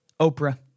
Oprah